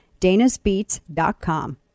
danasbeats.com